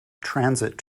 transit